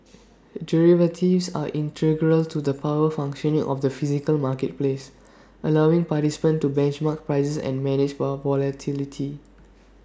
derivatives are integral to the proper functioning of the physical marketplace allowing participants to benchmark prices and manage volatility